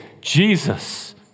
Jesus